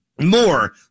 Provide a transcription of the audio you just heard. more